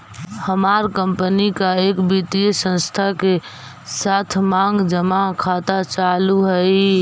हमार कंपनी का एक वित्तीय संस्थान के साथ मांग जमा खाता चालू हई